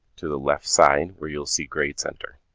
to the left side where you'll see grade center.